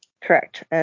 Correct